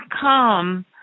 come